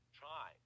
try